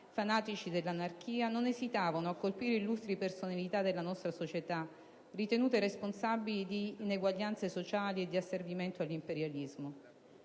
fanatici dell'anarchia, non esitavano a colpire illustri personalità della nostra società, ritenute responsabili di ineguaglianze sociali e di asservimento all'imperialismo.